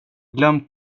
glömt